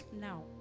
now